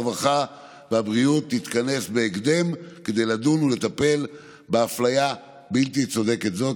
הרווחה והבריאות תתכנס בהקדם כדי לדון ולטפל באפליה הבלתי-צודקת הזו.